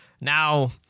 Now